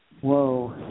Whoa